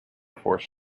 force